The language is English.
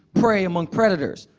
prey among predators,